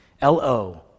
L-O